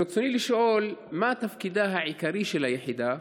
רצוני לשאול: 1. מה תפקידה העיקרי של היחידה?